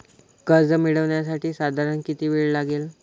कर्ज मिळविण्यासाठी साधारण किती वेळ लागेल?